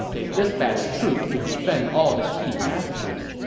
they dispatched troops to defend all the key passages.